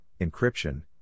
encryption